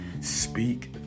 speak